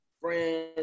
friends